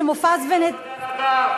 שמופז ונתניהו,